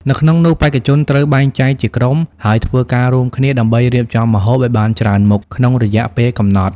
នៅក្នុងនោះបេក្ខជនត្រូវបែងចែកជាក្រុម ហើយធ្វើការរួមគ្នាដើម្បីរៀបចំម្ហូបឲ្យបានច្រើនមុខក្នុងរយៈពេលកំណត់។